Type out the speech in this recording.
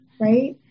right